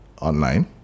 online